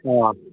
ꯑꯥ